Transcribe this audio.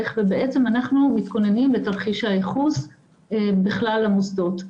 ובעצם אנחנו מתכוננים לתרחיש הייחוס בכלל המוסדות,